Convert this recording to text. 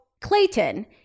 Clayton